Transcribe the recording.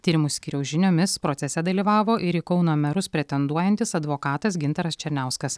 tyrimų skyriaus žiniomis procese dalyvavo ir į kauno merus pretenduojantis advokatas gintaras černiauskas